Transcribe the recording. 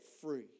free